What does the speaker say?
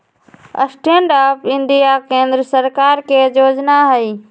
stand up India केंद्र सरकार के जोजना हइ